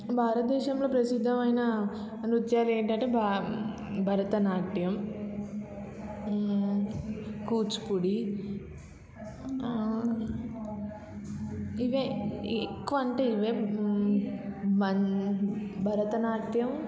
భారత దేశంలో ప్రసిద్ధమైన నృత్యాలు ఏంటంటే భ భరతనాట్యం కూచిపూడి ఇవే ఎక్కువ అంటే ఇవే భరతనాట్యం